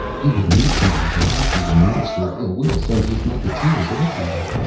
you will need somebody to hide you when the minister of ill-will sends his mucketeers after you.